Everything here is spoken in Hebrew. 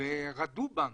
רדו בנו,